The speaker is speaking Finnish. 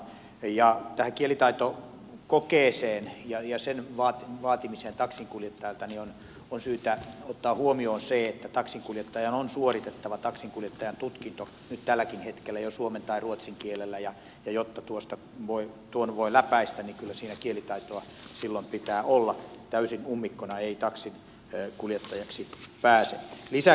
ja liittyen tähän kielitaitokokeeseen ja sen vaatimiseen taksinkuljettajalta on syytä ottaa huomioon se että taksinkuljettajan on suoritettava taksinkuljettajan tutkinto nyt jo tälläkin hetkellä suomen tai ruotsin kielellä ja jotta tuon voi läpäistä niin kyllä siinä kielitaitoa silloin pitää olla täysin ummikkona ei taksinkuljettajaksi pääse